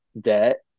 debt